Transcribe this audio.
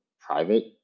private